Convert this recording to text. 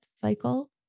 cycle